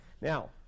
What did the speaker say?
Now